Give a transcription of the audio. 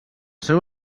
seu